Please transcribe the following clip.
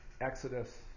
Exodus